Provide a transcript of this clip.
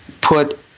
put